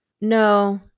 no